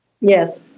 Yes